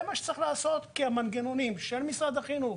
כי המנגנונים של משרד החינוך